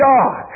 God